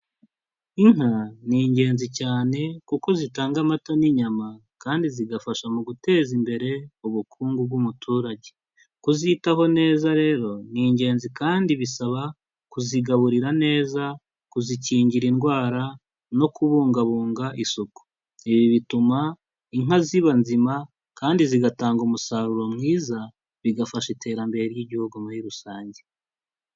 Inka ni ingenzi cyane kuko zitanga amata n'inyama kandi zigafasha mu guteza imbere ubukungu bw'umuturage. Kuzitaho neza rero ni ingenzi kandi bisaba kuzigaburira neza, kuzikingira indwara no kubungabunga isuku. Ibi bituma inka ziba nzima kandi zigatanga umusaruro mwiza, bigafasha iterambere ry'igihugu muri rusange.